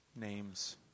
names